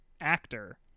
actor